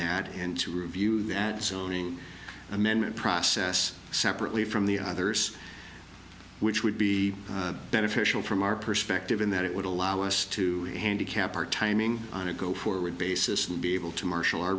that and to review that zoning amendment process separately from the others which would be beneficial from our perspective in that it would allow us to handicap our timing on a go forward basis and be able to marshal our